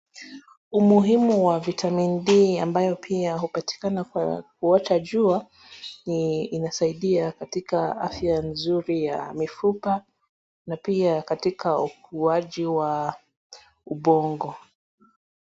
Umuhimu wa vitamin D ambayo pia hupatikana kwa kuota jua ni inasaidia katika afya nzuri ya mifupa na pia katika ukuaji wa ubongo.